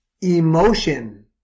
Emotion